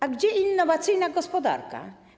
A gdzie innowacyjna gospodarka?